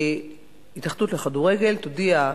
ההתאחדות לכדורגל תודיע,